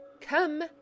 Come